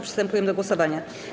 Przystępujemy do głosowania.